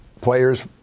players